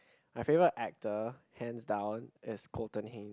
my favourite actor hands down is Colton Haynes